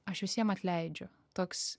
aš visiem atleidžiu toks